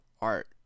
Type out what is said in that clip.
art